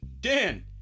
Dan